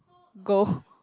go